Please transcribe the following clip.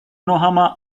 nohama